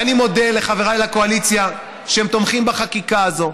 ואני מודה לחבריי לקואליציה שהם תומכים בחקיקה הזאת,